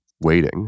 waiting